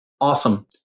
Awesome